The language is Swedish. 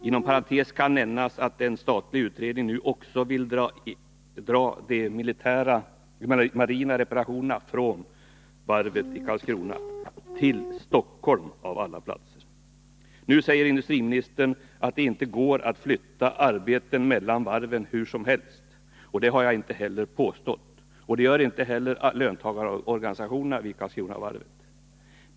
Inom parentes kan nämnas att en statlig utredning nu också vill dra de marina reparationerna från varvet i Karlskrona till Stockholm av alla platser. Nu säger industriministern att det inte går att flytta arbeten mellan varven hur som helst. Det har jag inte påstått, och det gör inte heller löntagarorganisationerna vid Karlskronavarvet.